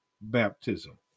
baptism